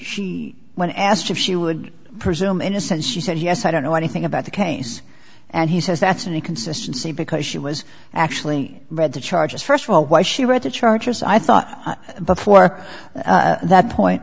when asked if she would presume innocence she said yes i don't know anything about the case and he says that's an inconsistency because she was actually read the charges first of all why she read the charges i thought before that point